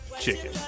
chicken